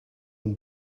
not